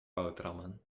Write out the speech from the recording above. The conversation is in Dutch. boterhammen